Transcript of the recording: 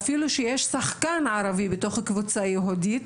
אפילו כשיש שחקן ערבי בתוך הקבוצה היהודית,